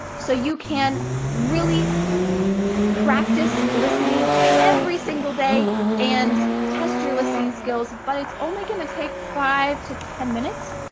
so you can really practice listening every single day and test your listening skills, but it's only gonna take five to ten minutes.